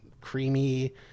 creamy